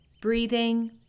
Breathing